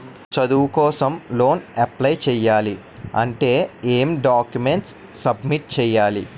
చదువు కోసం loan apply చేయాలి అంటే ఎం డాక్యుమెంట్స్ సబ్మిట్ చేయాలి?